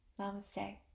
namaste